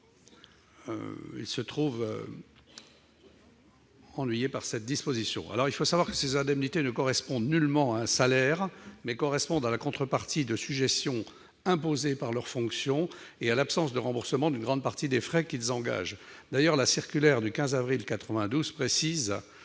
nul au titre du prélèvement libératoire. Il faut savoir que ces indemnités ne correspondent nullement à un salaire, mais sont la contrepartie de sujétions liées à leurs fonctions et à l'absence de remboursement d'une grande partie des frais qu'ils engagent. D'ailleurs, la circulaire du 15 avril 1992 précise